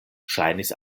ŝajnis